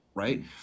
Right